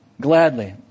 Gladly